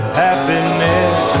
happiness